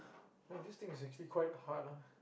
like this thing is actually quite hard lah